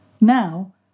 Now